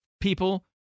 people